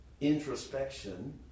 introspection